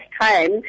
time